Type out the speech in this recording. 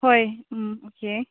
ꯍꯣꯏ ꯎꯝ ꯑꯣꯀꯦ